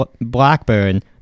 Blackburn